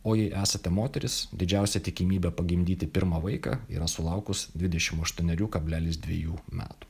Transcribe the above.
o jei esate moteris didžiausia tikimybė pagimdyti pirmą vaiką yra sulaukus dvidešim aštuonerių kablelis dviejų metų